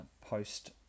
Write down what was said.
post